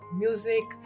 music